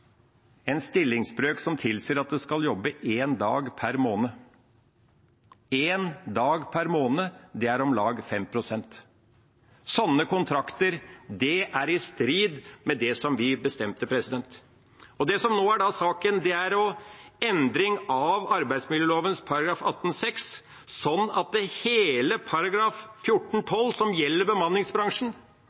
en stillingsbrøk som tilsier at en skal jobbe én dag per måned. Én dag per måned er om lag 5 pst. Sånne kontrakter er i strid med det som vi bestemte, og det som nå da er saken, er endring av arbeidsmiljøloven § 18-6, sånn at hele § 14-12, som gjelder bemanningsbransjen,